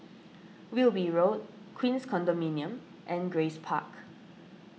Wilby Road Queens Condominium and Grace Park